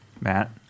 Matt